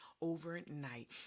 overnight